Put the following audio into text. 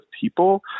people